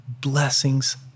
blessings